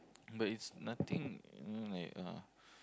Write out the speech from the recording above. but it's nothing you know like uh